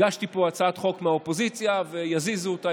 הגשתי פה הצעת חוק מהאופוזיציה ויזיזו אותה,